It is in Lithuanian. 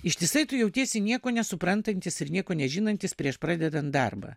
ištisai tu jautiesi nieko nesuprantantis ir nieko nežinantis prieš pradedant darbą